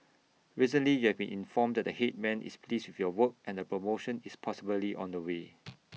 recently you have been informed that the Headman is pleased with your work and A promotion is possibly on the way